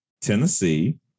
Tennessee